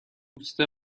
دوست